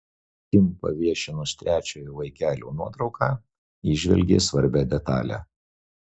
kim paviešinus trečiojo vaikelio nuotrauką įžvelgė svarbią detalę